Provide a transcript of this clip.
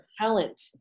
talent